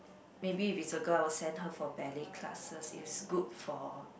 maybe if is a girl I will send her for ballet classes is good for